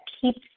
keeps